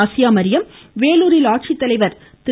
ஆசியாமரியம் வேலூரில் ஆட்சித்தலைவர் திரு